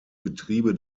betriebe